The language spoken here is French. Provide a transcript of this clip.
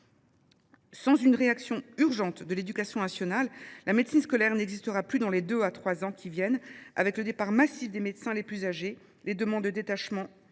Sans réaction urgente de l’éducation nationale, la médecine scolaire n’existera plus d’ici deux ou trois ans, en raison du départ massif des médecins les plus âgés, des demandes de détachement